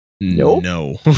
no